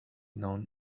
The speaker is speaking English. known